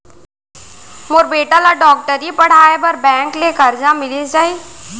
मोर बेटा ल डॉक्टरी पढ़ाये बर का बैंक ले करजा मिलिस जाही?